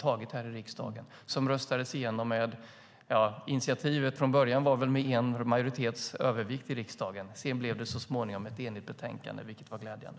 Initiativet röstades igenom med en rösts övervikt för majoriteten i riksdagen, och sedan blev det så småningom ett enigt betänkande - vilket var glädjande.